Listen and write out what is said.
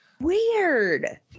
Weird